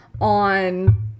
on